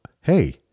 Hey